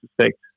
suspect